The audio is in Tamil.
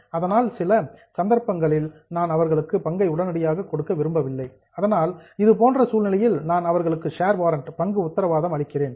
அதனால் சில சந்தர்ப்பங்களில் நான் அவர்களுக்கு பங்கை உடனடியாக கொடுக்க விரும்பவில்லை அதனால் இதுபோன்ற சூழ்நிலையில் நான் அவர்களுக்கு ஷேர் வாரன்ட் பங்கு உத்தரவாதம் அளிக்கிறேன்